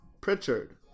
Pritchard